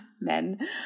men